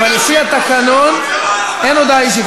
אין לפי התקנון הודעה אישית על הודעה אישית.